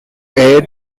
aid